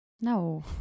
No